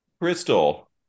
Crystal